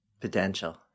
Potential